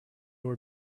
were